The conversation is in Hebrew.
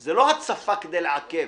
- זה לא הצפה כדי לעכב,